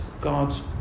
God's